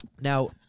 Now